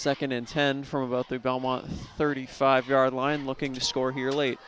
second in ten from about the belmont thirty five yard line looking to score here late